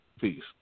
Peace